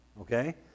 Okay